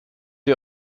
die